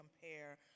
compare